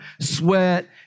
sweat